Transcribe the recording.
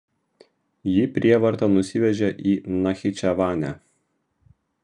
jį prievarta nusivežė į nachičevanę